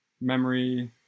Memory